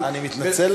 אני מתנצל,